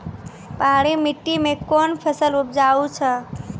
पहाड़ी मिट्टी मैं कौन फसल उपजाऊ छ?